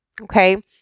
okay